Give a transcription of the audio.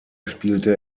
spielte